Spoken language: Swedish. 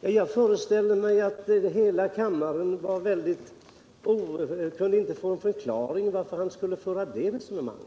Jag föreställer mig att ingen i kammaren förstod varför han förde det resonemanget.